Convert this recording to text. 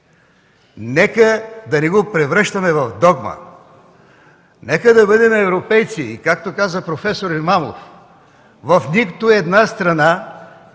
нека да не превръщаме в догма, нека да бъдем европейци и както каза проф. Имамов в нито една страна